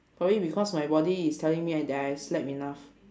probably because my body is telling me I that I slept enough